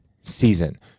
season